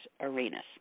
arenas